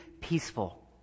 peaceful